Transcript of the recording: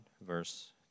verse